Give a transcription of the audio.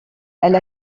elle